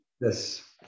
Yes